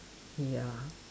ya